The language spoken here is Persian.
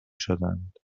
شدند